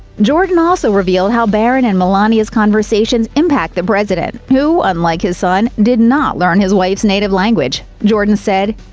jordan also revealed how barron and melania's conversations impact the president, who, unlike his son, did not learn his wife's native language. jordan said,